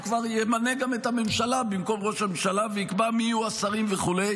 הוא כבר ימנה גם את הממשלה במקום ראש הממשלה ויקבע מי יהיו השרים וכו'.